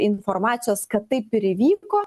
informacijos kad taip ir įvyko